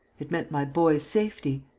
it meant my boy's safety.